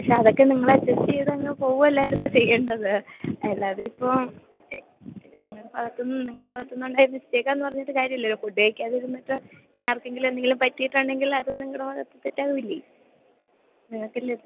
പക്ഷെ അതൊക്കെ നിങ്ങൾ അഡ്ജസ്റ്റ് ചെയ്തങ്ങ് പോകുമല്ലായിരുന്നല്ലോ ചെയ്യേണ്ടത് അല്ലാതെയിപ്പം ഞങ്ങളുടെ ഭാഗത്തു നിന്ന് നിങ്ങളുടെ ഭാഗത്തു നിന്ന് ഉണ്ടായ മിസ്റ്റേക്കാണെന്നു പറഞ്ഞിട്ട് കാര്യമില്ലല്ലോ ഫുഡ് കഴിക്കാതിരുന്നിട്ട് ഇനി ആർക്കെങ്കിലും എന്തെങ്കിലും പറ്റിയിട്ടുണ്ടെങ്കിൽ അത് നിങ്ങളുടെ ഭാഗത്ത് തെറ്റാകില്ലേ